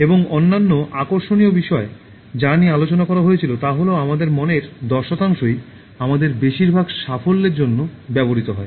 এবং অন্যান্য আকর্ষণীয় বিষয় যা নিয়ে আলোচনা করা হয়েছিল তা হল আমাদের মনের দশ শতাংশই আমাদের বেশিরভাগ সাফল্যের জন্য ব্যবহৃত হয়